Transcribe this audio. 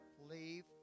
leave